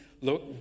look